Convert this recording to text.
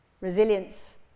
Resilience